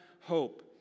hope